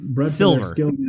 Silver